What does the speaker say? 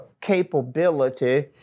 capability